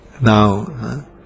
Now